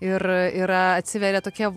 ir yra atsiveria tokia